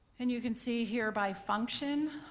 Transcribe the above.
and you can see here by function,